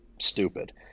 stupid